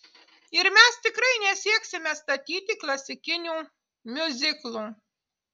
ir mes tikrai nesieksime statyti klasikinių miuziklų